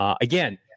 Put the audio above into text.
Again